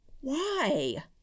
Why